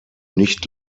nicht